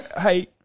Hey